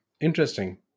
Interesting